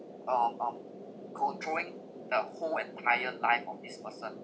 uh bound controlling the whole entire life of this person